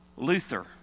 Luther